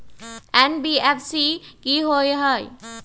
NBFC कि होअ हई?